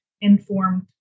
informed